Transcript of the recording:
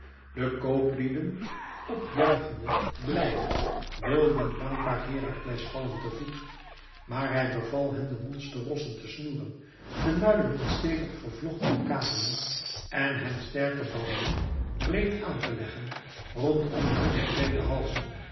de kooplieden p juichende blijde wilden dankbaar herakles vallen te voet maar hij beval hen de monsterrossen te snoeren de muilen in stevig vervlochtene kabelen en hen sterke banden breed aan te leggen rondom hunne breede halzen